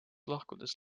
lahkudes